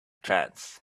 trance